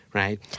right